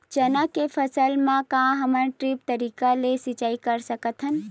चना के फसल म का हमन ड्रिप तरीका ले सिचाई कर सकत हन?